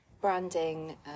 branding